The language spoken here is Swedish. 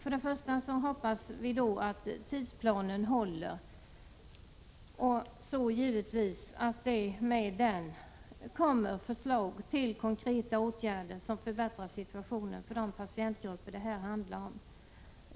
Först och främst hoppas vi att tidsplanen skall hålla och dessutom givetvis att rapporten skall komma med förslag till konkreta åtgärder som förbättrar situationen för de patientgrupper det här handlar om.